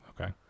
okay